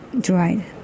dried